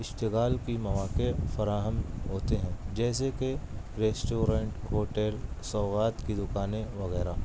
اشتغال کی مواقع فراہم ہوتے ہیں جیسے کہ ریسٹورینٹ ہوٹل سوغات کی دکانیں وغیرہ